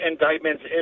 indictments